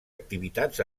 activitats